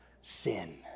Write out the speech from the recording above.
sin